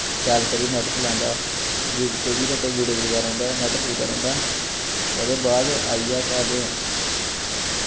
शैल करियै नैट चलांदा ऐ चौह्वी घैंटे बीडियो दिखदा रौंह्दा ऐ नैट फूकदा रौंह्दा ऐ ओह्दे बाद आईया केह् आखदे